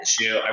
issue